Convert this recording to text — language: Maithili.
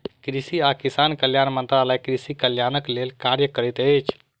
कृषि आ किसान कल्याण मंत्रालय कृषि कल्याणक लेल कार्य करैत अछि